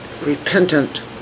Repentant